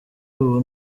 ubu